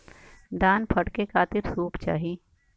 धान फटके खातिर सूप चाही